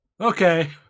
Okay